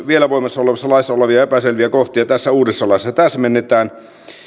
vielä voimassa olevassa laissa olevia epäselviä kohtia tässä uudessa laissa täsmennetään